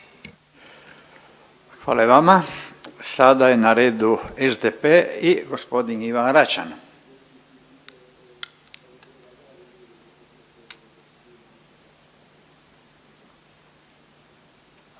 Hvala i vama. Sada je na redu SDP i g. Ivan Račan. **Račan,